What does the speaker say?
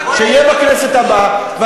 שיהיה בכנסת הבאה, זה הקשר היחידי.